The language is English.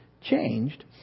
changed